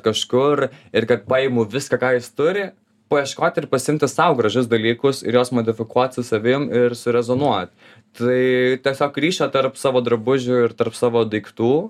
kažkur ir kad paimu viską ką jis turi paieškoti ir pasiimti sau gražius dalykus ir juos modifikuot su savim ir surezonuot tai tiesiog ryšio tarp savo drabužių ir tarp savo daiktų